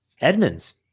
Edmonds